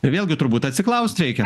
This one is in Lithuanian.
vėlgi turbūt atsiklaust reikia